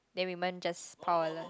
the woman just powerless